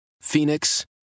Phoenix